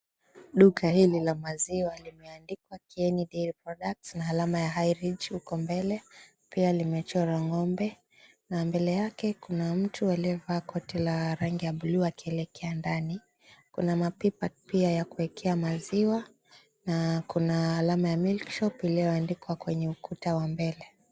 Duka hili la maziwa limeandikwa, Kenny Dairy Products na alama ya, High Range uko mbele. Pia limechorwa ng'ombe na mbele yake kuna mtu aliyevaa koti la rangi ya buluu akielekea ndani. Kuna mapipa pia ya kuekea maziwa na kuna alama ya Milkshop iliyoandikwa kwenye ukuta wa mbele.